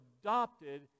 adopted